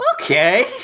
Okay